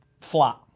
Flat